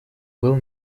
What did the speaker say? был